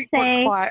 say